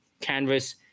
Canvas